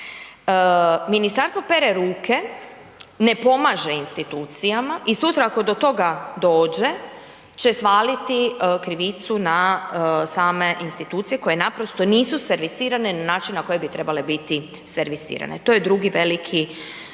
Ministarstvo pere ruke, ne pomaže institucijama i sutra ako do toga dođe će svaliti krivicu na same institucije koje naprosto nisu servisirane na način na koji bi trebale biti servisirane. To je drugi veliki problem.